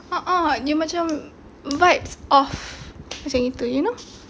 a'ah dia macam bites off macam gitu you know